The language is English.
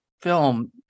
film